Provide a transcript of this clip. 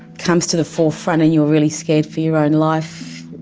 comes to the forefront and you're really scared for your own life,